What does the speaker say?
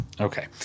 okay